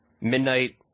Midnight